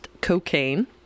cocaine